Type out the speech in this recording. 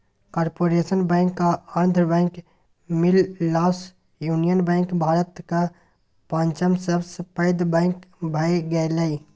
corporation bank आ Andhra bank मिललासँ union bank भारतक पाँचम सबसँ पैघ बैंक भए गेलै